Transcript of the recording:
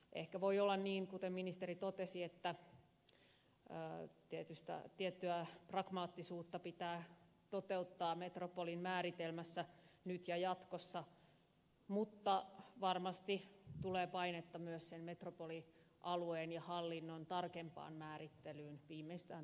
ehkä voi olla niin kuten ministeri totesi että tiettyä pragmaattisuutta pitää toteuttaa metropolin määritelmässä nyt ja jatkossa mutta varmasti tulee painetta myös sen metropolialueen ja hallinnon tarkempaan määrittelyyn viimeistään tulevalla hallituskaudella